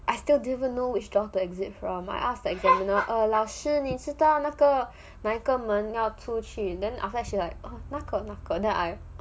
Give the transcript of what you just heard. I still didn't know which door to exit from I asked the examiner a 老师你知道那个那一个门要出去 then after she like 那个那个 then I